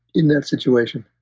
in that situation